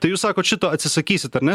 tai jūs sakot šito atsisakysit ar ne